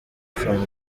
from